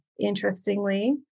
Interestingly